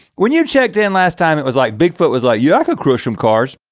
when you checked in last time, it was like bigfoot was like y'all could crush them cars.